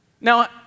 Now